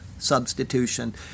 Substitution